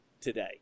today